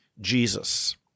Jesus